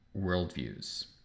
worldviews